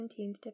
17th